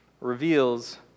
reveals